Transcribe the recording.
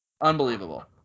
unbelievable